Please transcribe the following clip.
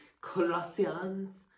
Colossians